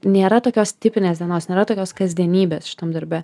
nėra tokios tipinės dienos nėra tokios kasdienybės šitam darbe